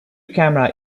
camera